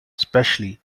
especially